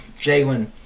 Jalen